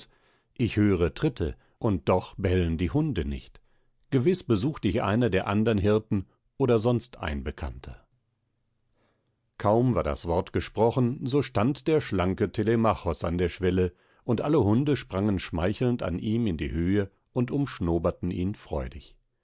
ich höre tritte und doch bellen die hunde nicht gewiß besucht dich einer der andern hirten oder sonst ein bekannter kaum war das wort gesprochen so stand der schlanke telemachos an der schwelle und alle hunde sprangen schmeichelnd an ihm in die höhe und umschnoberten ihn freudig